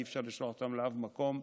אי-אפשר לשלוח אותם לאף מקום,